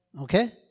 Okay